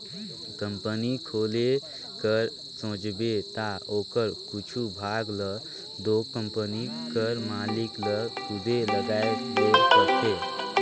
company खोले कर सोचबे ता ओकर कुछु भाग ल दो कंपनी कर मालिक ल खुदे लगाए ले परथे